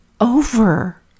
over